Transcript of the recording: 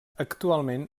actualment